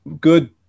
good